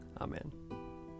Amen